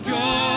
go